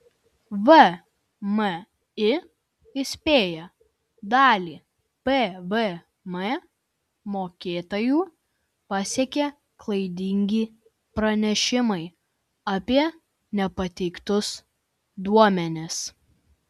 vmi įspėja dalį pvm mokėtojų pasiekė klaidingi pranešimai apie nepateiktus duomenis